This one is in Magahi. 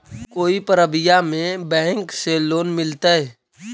कोई परबिया में बैंक से लोन मिलतय?